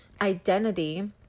identity